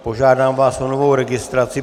Požádám vás o novou registraci.